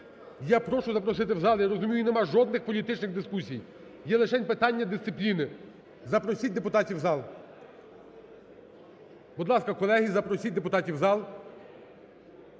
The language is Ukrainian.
Я прошу запросити в зал. Я розумію, нема жодних політичних дискусій. Є лишень питання дисципліни. Запросіть депутатів в зал. Будь ласка, колеги, запросіть депутатів в зал.